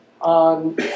on